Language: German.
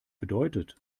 bedeutet